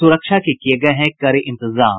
सुरक्षा के किये गये हैं कड़े इंतज़ाम